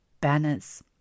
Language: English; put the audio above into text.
banners